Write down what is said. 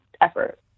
effort